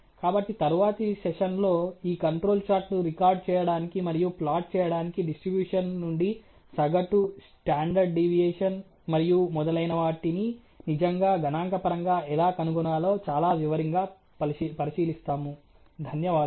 కాబట్టి తరువాతి సెషన్లో ఈ కంట్రోల్ చార్ట్ను రికార్డ్ చేయడానికి మరియు ప్లాట్ చేయడానికి డిస్ట్రిబ్యూషన్ నుండి సగటు స్టాండర్డ్ డీవియేషన్ మరియు మొదలైనవాటిని నిజంగా గణాంకపరంగా ఎలా కనుగొనాలో చాలా వివరంగా పరిశీలిస్తాము